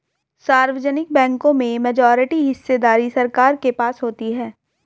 सार्वजनिक बैंकों में मेजॉरिटी हिस्सेदारी सरकार के पास होती है